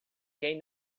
quem